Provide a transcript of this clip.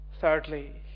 thirdly